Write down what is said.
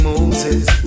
Moses